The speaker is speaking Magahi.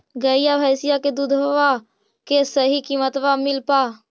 गईया भैसिया के दूधबा के सही किमतबा मिल पा?